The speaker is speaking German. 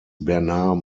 bernard